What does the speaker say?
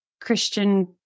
Christian